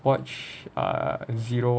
watch err zero one ah